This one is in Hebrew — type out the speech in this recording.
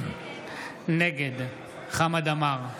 נגד חמד עמאר,